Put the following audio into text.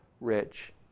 rich